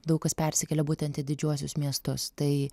daug kas persikėlė būtent į didžiuosius miestus tai